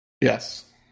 Yes